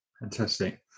Fantastic